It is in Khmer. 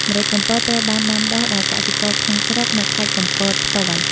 ម្រេចកំពតត្រូវបានដាំដុះដោយកសិករក្នុងស្រុកនៅខេត្តកំពតផ្ទាល់។